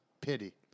pity